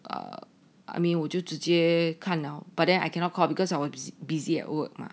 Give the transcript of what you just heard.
err I mean 我就直接看到 but then I cannot call because I was busy at work 吗